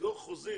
תסגור חוזים